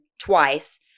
twice